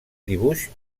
dibuix